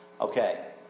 Okay